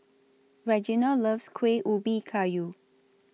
Reginald loves Kuih Ubi Kayu